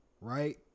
right